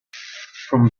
from